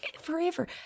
forever